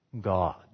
God